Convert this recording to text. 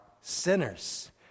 sinners